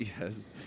yes